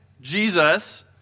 Jesus